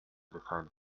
defend